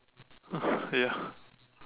ya